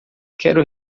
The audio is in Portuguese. quero